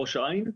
בראש העין?